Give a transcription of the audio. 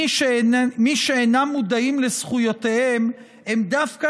מי שאינם מודעים לזכויותיהם הם דווקא